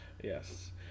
Yes